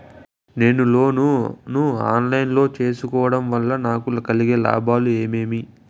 నేను లోను ను online లో సేసుకోవడం వల్ల నాకు కలిగే లాభాలు ఏమేమీ?